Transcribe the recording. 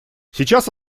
сейчас